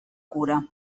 cura